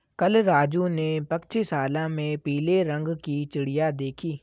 कल राजू ने पक्षीशाला में पीले रंग की चिड़िया देखी